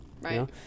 right